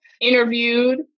Interviewed